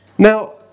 Now